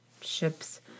ships